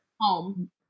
home